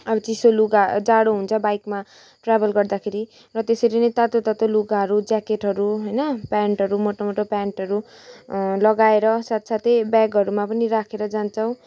अब चिसो लुगा जाडो हुन्छ बाइकमा ट्राभल गर्दाखेरि र त्यसरी नै तातो तातो लुगाहरू ज्याकेटहरू होइन प्यान्टहरू मोटो मोटो प्यान्टहरू लगाएर साथ साथै ब्यागहरूमा पनि राखेर जान्छौँ